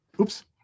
Oops